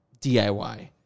DIY